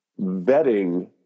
vetting